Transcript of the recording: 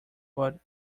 but